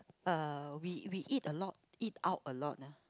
uh we we eat a lot eat out a lot ya